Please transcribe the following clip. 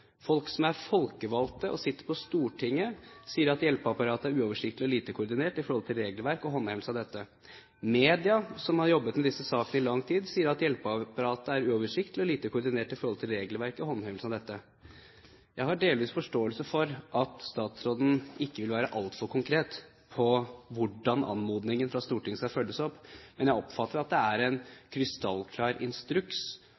Folk som er folkevalgte og sitter på Stortinget, sier at hjelpeapparatet er uoversiktlig og lite koordinert i forhold til regelverket og håndhevelsen av dette. Media, som har jobbet med disse sakene i lang tid, sier at hjelpeapparatet er uoversiktlig og lite koordinert i forhold til regelverket og håndhevelsen av dette. Jeg har delvis forståelse for at statsråden ikke vil være altfor konkret på hvordan anmodningen fra Stortinget skal følges opp, men jeg oppfatter det slik at det er